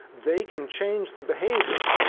they can change the behavior.